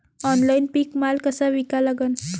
Online पीक माल कसा विका लागन?